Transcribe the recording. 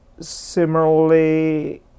similarly